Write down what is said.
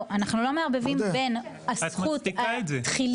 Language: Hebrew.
לא, אנחנו לא מערבבים בין הזכות התחילית